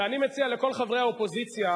ואני מציע לכל חברי האופוזיציה,